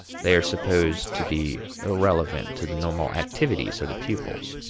they are supposed to be irrelevant to the normal activities of the pupils.